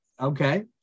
Okay